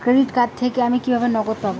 Credit card থেকে আমি কিভাবে নগদ পাব?